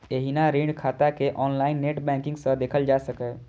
एहिना ऋण खाता कें ऑनलाइन नेट बैंकिंग सं देखल जा सकैए